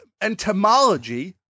entomology